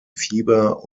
fieber